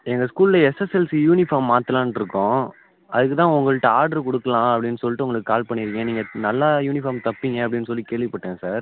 எங்கள் ஸ்கூலில் SSLC uniform மாற்றலான்னுருக்கோம் அதுக்கு தான் உங்கள்கிட்ட ஆட்ரு கொடுக்கலாம் அப்படின்னு சொல்லிட்டு உங்களுக்கு கால் பண்ணியிருக்கேன் நீங்கள் நல்லா யூனிஃபார்ம் தைப்பீங்க அப்படின்னு சொல்லி கேள்விப்பட்டேன் சார்